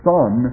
Son